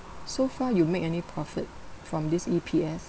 so far you make any profit from this E_P_S